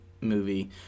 movie